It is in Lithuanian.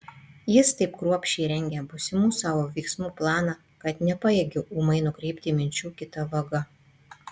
jis taip kruopščiai rengė būsimų savo veiksmų planą kad nepajėgė ūmai nukreipti minčių kita vaga